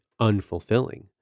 unfulfilling